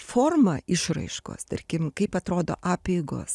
forma išraiškos tarkim kaip atrodo apeigos